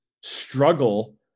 struggle